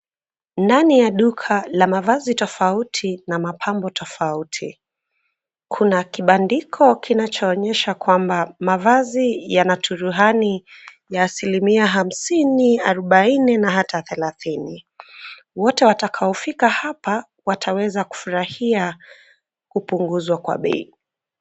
Ndani ya duka, la mavazi tofauti, na mapambo tofauti, kuna kibandiko kinachoonyesha kwamba mavazi yana turuhani, ya asimilia hamsini, arubaini, na hata thelathini. Wote watakaofika hapa, wataweza kufurahia kupunguzwa kwa bei.